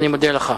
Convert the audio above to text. אני מודה לך.